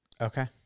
Okay